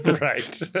right